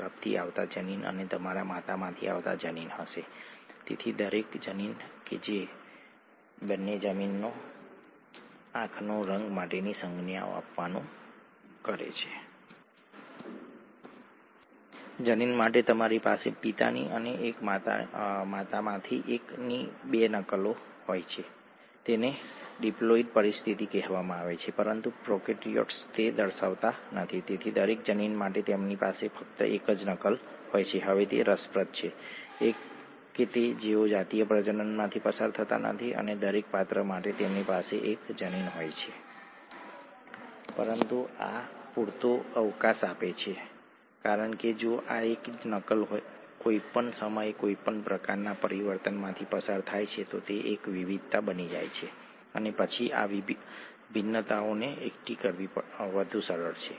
કૃપા કરીને આ video DNA અને રંજક પર એક નજર નાખો જે તમને આ પેકેજિંગની વિગતો આપે છે તે એક ઉલ્લાસપ્રાણ સંચાર છે જે એક સરસ ઉલ્લાસ છે જે તમને બતાવે છે કે કેવી રીતે 2 મીટર લાંબા ડીએનએ હિસ્ટોન્સ અન્ય પ્રોટીનની આસપાસ કોઈલિંગ અને સુપર કોઈલિંગ દ્વારા બીજકમાં પેક થાય છે ઠીક છે